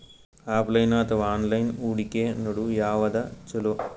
Offline ಅಥವಾ online ಹೂಡಿಕೆ ನಡು ಯವಾದ ಛೊಲೊ?